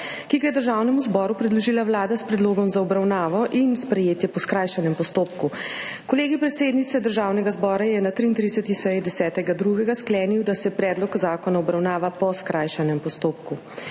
ki ga je Državnemu zboru predložila Vlada s predlogom za obravnavo in sprejetje po skrajšanem postopku. Kolegij predsednice Državnega zbora je na 33. seji 10. 2. 2023 sklenil, da se predlog zakona obravnava po skrajšanem postopku.